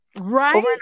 Right